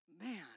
Man